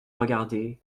regardait